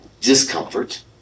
discomfort